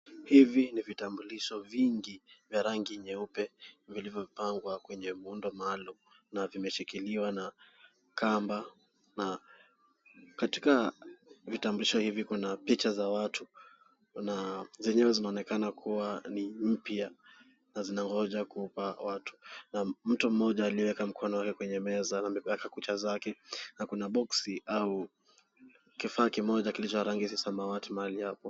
Hivi ni vitambulisho vingi vya rangi nyeupe vilivyopangwa kwenye muundo maalum na vimeshikiliwa na kamba na katika vitambulisho hivi kuna picha za watu. Zenyewe zinaonekana kuwa ni mpya na zinangoja kupa watu na mtu mmoja aliyeweka mkono wake kwenye meza na amepaka kucha zake ako na boksi au kifaa kimoja kilicho na rangi za samawati mahali hapo.